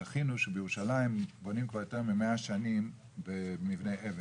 זכינו שבירושלים בונים כבר יותר ממאה שנים מבני אבן,